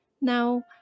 Now